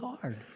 hard